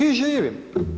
I živim.